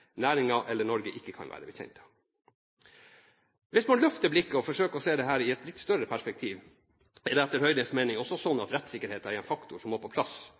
eller Norge ikke kan være bekjent av. Hvis man løfter blikket og forsøker å se dette i et litt større perspektiv, er det etter Høyres mening også slik at rettssikkerheten er en faktor som må på plass